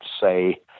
say